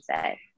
say